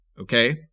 Okay